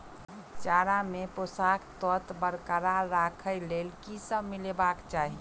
चारा मे पोसक तत्व बरकरार राखै लेल की सब मिलेबाक चाहि?